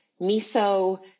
miso